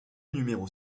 numéros